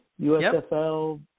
USFL